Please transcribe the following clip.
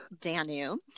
Danu